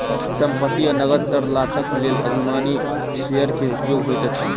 संपत्ति आ नकद तरलताक लेल अधिमानी शेयर के उपयोग होइत अछि